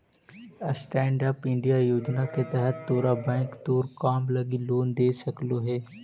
stand up India योजना के तहत तोरा बैंक तोर काम लागी लोन दे सकलो हे